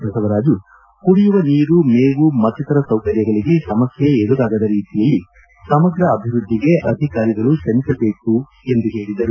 ಬಸವರಾಜು ಕುಡಿಯುವ ನೀರು ಮೇವು ಮತ್ತಿತರ ಸೌಕರ್ಯಗಳಿಗೆ ಸಮಸ್ಕೆ ಎದುರಾಗದ ರೀತಿಯಲ್ಲಿ ಸಮಗ್ರ ಅಭಿವ್ಯದ್ಲಿಗೆ ಅಧಿಕಾರಿಗಳು ತ್ರಮಿಸಬೇಕೆಂದು ಹೇಳಿದರು